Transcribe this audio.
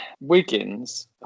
Wiggins